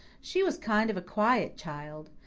she was kind of a quiet child.